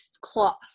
cloth